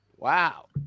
Wow